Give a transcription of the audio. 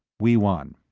we won.